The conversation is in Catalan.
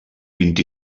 vint